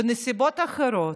בנסיבות אחרות,